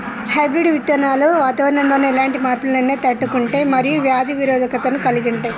hybrid విత్తనాలు వాతావరణంలోని ఎలాంటి మార్పులనైనా తట్టుకుంటయ్ మరియు వ్యాధి నిరోధకతను కలిగుంటయ్